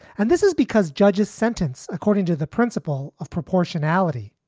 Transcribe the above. and this is because judge's sentence, according to the principle of proportionality,